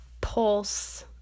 Pulse